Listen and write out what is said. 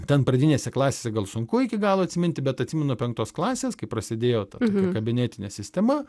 ten pradinėse klasėse gal sunku iki galo atsiminti bet atsimenu penktos klasės kai prasidėjo tokia kabinetinė sistema